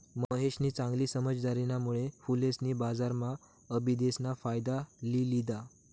महेशनी चांगली समझदारीना मुळे फुलेसनी बजारम्हा आबिदेस ना फायदा लि लिदा